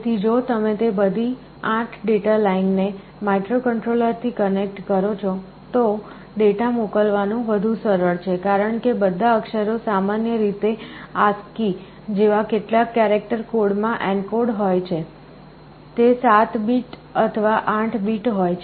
તેથી જો તમે તે બધી 8 ડેટા લાઇન ને માઇક્રોકન્ટ્રોલરથી કનેક્ટ કરો છો તો ડેટા મોકલવાનું વધુ સરળ છે કારણ કે બધા અક્ષરો સામાન્ય રીતે ASCII જેવા કેટલાક કેરેક્ટર કોડ માં એન્કોડ હોય છે તે 7 બીટ અથવા 8 બીટ હોય છે